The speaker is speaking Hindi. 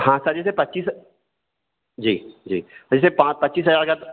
हाँ सर जैसे पच्चीस जी जी जैसे पच्चीस हजार का